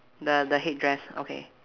the the headdress okay